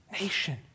nation